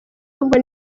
ahubwo